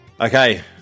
Okay